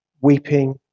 weeping